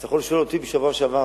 אז יכולת לשאול אותי בשבוע שעבר,